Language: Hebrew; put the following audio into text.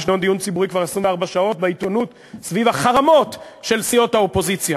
יש דיון ציבורי כבר 24 שעות בעיתונות סביב החרמות של סיעות האופוזיציה.